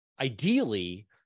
ideally